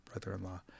brother-in-law